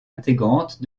intégrante